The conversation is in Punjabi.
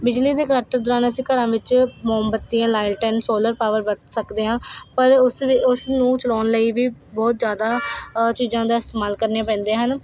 ਬਿਜਲੀ ਦੇ ਕੱਟ ਦੌਰਾਨ ਅਸੀਂ ਘਰਾਂ ਵਿੱਚ ਮੋਮਬੱਤੀਆਂ ਲਾਲਟਨ ਸੋਲਰ ਪਾਵਰ ਵਰਤ ਸਕਦੇ ਹਾਂ ਪਰ ਉਸ ਵ ਉਸ ਨੂੰ ਚਲਾਉਣ ਲਈ ਵੀ ਬਹੁਤ ਜ਼ਿਆਦਾ ਚੀਜ਼ਾਂ ਦਾ ਇਸਤੇਮਾਲ ਕਰਨੇ ਪੈਂਦੇ ਹਨ